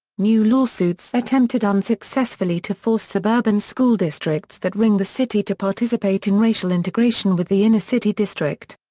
new lawsuits attempted unsuccessfully to force suburban school districts that ring the city to participate in racial integration with the inner city district.